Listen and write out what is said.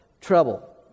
trouble